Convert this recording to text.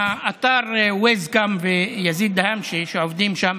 האתר wazcam ויזיד דהאמשה, שעובד שם,